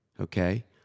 okay